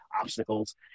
obstacles